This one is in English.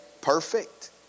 perfect